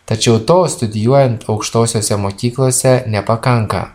tačiau to studijuojant aukštosiose mokyklose nepakanka